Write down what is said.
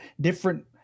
different